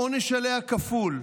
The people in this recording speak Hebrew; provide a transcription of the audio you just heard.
העונש עליה כפול,